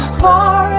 far